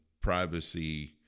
privacy